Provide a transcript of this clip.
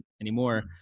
anymore